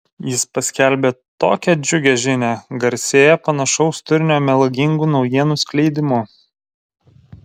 jis paskelbė tokią džiugią žinią garsėja panašaus turinio melagingų naujienų skleidimu